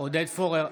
עודד פורר,